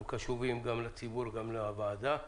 קשובים גם לציבור וגם לוועדה.